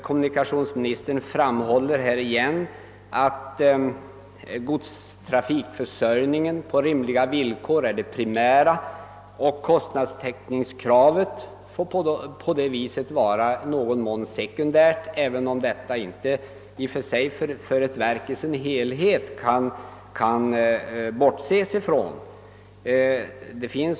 Kommunikationsministern framhåller ånyo, att en godstrafikförsörjning på rimliga villkor är det primära och att kostnadstäckningskravet för denna del i någon mån är sekundärt, även om man för verket som helhet inte kan bortse från det kravet.